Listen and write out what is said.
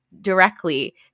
directly